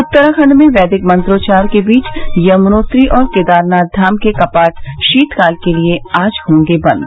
उत्तराखण्ड में वैदिक मंत्रोच्चार के बीच यमनोत्री और केदारनाथ धाम के कपाट शीतकाल के लिए आज होंगे बंद